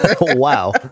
Wow